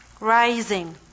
Rising